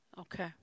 Okay